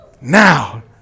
Now